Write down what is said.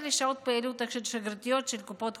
לשעות הפעילות השגרתיות של קופות החולים.